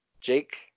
Jake